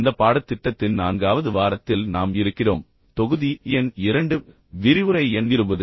இந்த பாடத்திட்டத்தின் நான்காவது வாரத்தில் நாம் இருக்கிறோம் தொகுதி எண் 2 விரிவுரை எண் 20